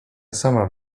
sama